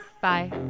bye